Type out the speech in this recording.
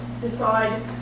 decide